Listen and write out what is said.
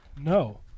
No